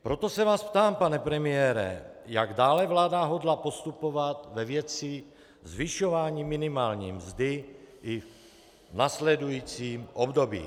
Proto se vás ptám, pane premiére, jak dále vláda hodlá postupovat ve věci zvyšování minimální mzdy i v následujícím období.